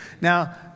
Now